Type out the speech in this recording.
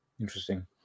Interesting